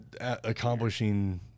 accomplishing